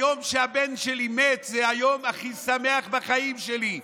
היום שהבן שלי מת זה היום הכי שמח בחיים שלי?